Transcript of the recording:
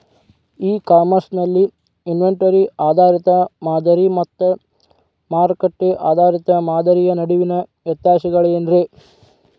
E commerce ನಲ್ಲಿ inventory ಆಧಾರಿತ ಮಾದರಿ ಮತ್ತ ಮಾರುಕಟ್ಟೆ ಆಧಾರಿತ ಮಾದರಿಯ ನಡುವಿನ ವ್ಯತ್ಯಾಸಗಳೇನ ರೇ?